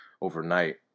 overnight